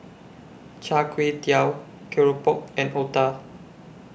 Char Kway Teow Keropok and Otah